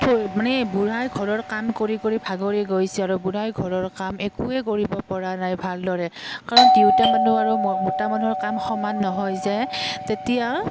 থৈ মানে বুঢ়াই ঘৰৰ কাম কৰি কৰি ভাগৰি গৈছে আৰু বুঢ়াই ঘৰৰ কাম একোৱে কৰিব পৰা নাই ভালদৰে কাৰণ তিৰুতা মানুহ আৰু মতা মানুহৰ কাম সমান নহয় যে তেতিয়া